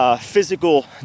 physical